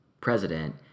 president